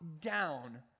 down